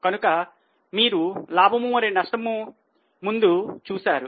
కనుక మీరు లాభము మరియు నష్టం ముందు చూశారు